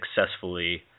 successfully